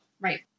Right